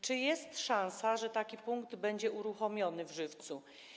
Czy jest szansa, że taki punkt będzie uruchomiony w Żywcu?